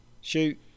shoot